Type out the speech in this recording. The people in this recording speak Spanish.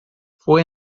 fue